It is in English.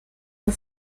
our